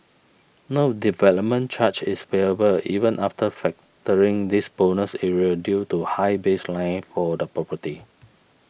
no development charge is payable even after factoring this bonus area due to high baseline for the property